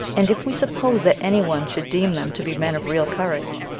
and if we suppose that any one should deem them to be men of real courage,